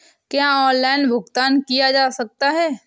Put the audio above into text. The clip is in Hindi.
क्या ऑनलाइन भुगतान किया जा सकता है?